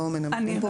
לא מנמקים פה.